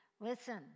Listen